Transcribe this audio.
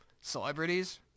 celebrities